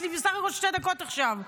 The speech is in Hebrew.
יש לי בסך הכול שתי דקות עכשיו.